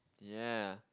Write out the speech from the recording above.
ya